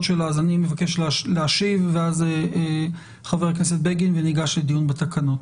שלה אז אני מבקש להשיב ואז חבר הכנסת בגין וניגש לדיון בתקנות.